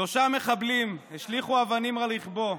שלושה מחבלים השליכו אבנים על רכבו,